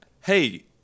Hey